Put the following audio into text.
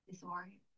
sorry